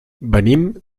venim